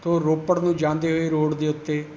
ਤੋਂ ਰੋਪੜ ਨੂੰ ਜਾਂਦੇ ਹੋਏ ਰੋਡ ਦੇ ਉੱਤੇ